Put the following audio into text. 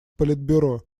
политбюро